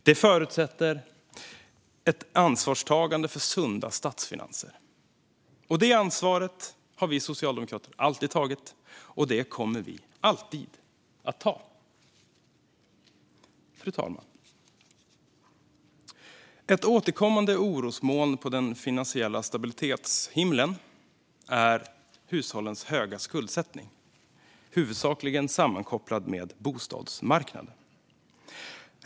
Det förutsätter ett ansvarstagande för sunda statsfinanser. Det ansvaret har vi socialdemokrater alltid tagit, och det kommer vi alltid att ta. Fru talman! Ett återkommande orosmoln på den finansiella stabilitetshimlen är hushållens höga skuldsättning, huvudsakligen sammankopplad med bostadsmarknaden.